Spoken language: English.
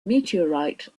meteorite